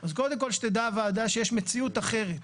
אז קודם כל שתדע הוועדה שיש מציאות אחרת.